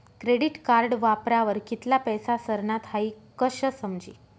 credit card वापरावर कित्ला पैसा सरनात हाई कशं समजी